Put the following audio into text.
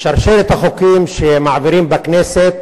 בשרשרת החוקים שמעבירים בכנסת,